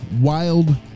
Wild